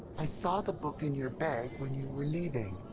i saw the book in your bag when you were leaving.